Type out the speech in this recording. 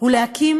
הוא להקים